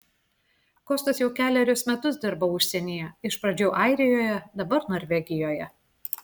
kostas jau kelerius metus dirba užsienyje iš pradžių airijoje dabar norvegijoje